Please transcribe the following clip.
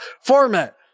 Format